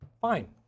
Fine